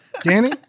Danny